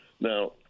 Now